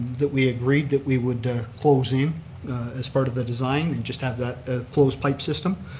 that we agreed that we would close in as part of the design and just have that closed pipe system.